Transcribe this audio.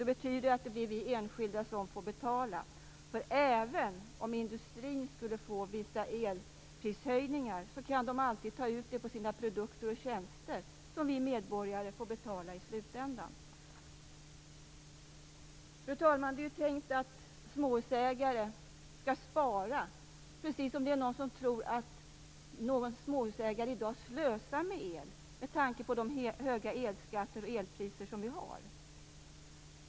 Det betyder att det blir vi enskilda som får betala. Även om industrin skulle få vissa elprishöjningar kan man alltid ta ur det på sina produkter och tjänster, vilket vi medborgare får betala i slutändan. Fru talman! Det är tänkt att småhusägare skall spara - precis som om någon tror att småhusägare i dag slösar med el, med tanke på de höga elskatter och elpriser vi har.